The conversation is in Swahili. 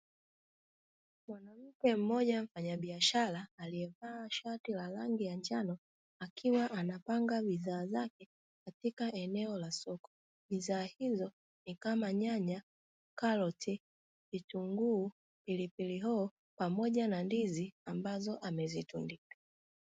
Mwanamke mmoja mfanyabiashara aliyevaa shati la rangi ya njano akiwa anapanga bidhaa zake katika eneo la soko bidhaa hizo ni kama nyanya, karoti, vitunguu, pilipili hoho, pamoja na ndizi ambazo amezitundika.